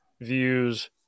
views